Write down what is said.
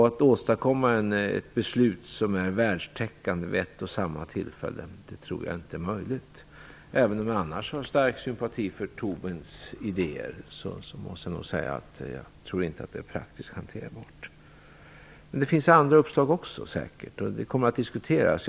Att åstadkomma ett beslut som är världstäckande vid ett och samma tillfälle tror jag inte är möjligt. Även om jag annars känner stark sympati för Tobins idéer måste jag nog säga att jag inte tror att detta är praktiskt hanterbart. Det finns säkert också andra uppslag, och de kommer att diskuteras.